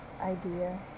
idea